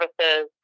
services